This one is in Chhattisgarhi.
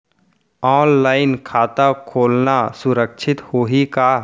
ऑनलाइन खाता खोलना सुरक्षित होही का?